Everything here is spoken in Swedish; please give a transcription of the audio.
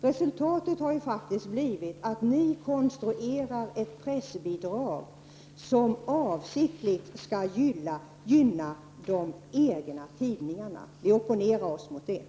Resultatet har blivit att ni socialdemokrater konstruerar ett pressbidrag i avsikt att gynna de egna tidningarna. Vi opponerar oss mot detta.